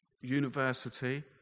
university